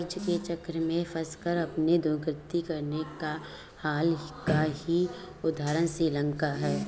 कर्ज के चक्र में फंसकर अपनी दुर्गति कराने का हाल का ही उदाहरण श्रीलंका है